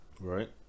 Right